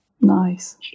Nice